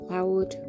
Loud